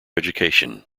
education